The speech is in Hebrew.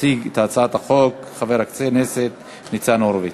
יציג את הצעת החוק חבר הכנסת ניצן הורוביץ.